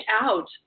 out